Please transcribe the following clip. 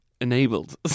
enabled